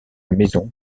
maison